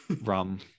rum